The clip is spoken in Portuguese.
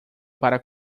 para